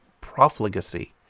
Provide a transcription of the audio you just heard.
profligacy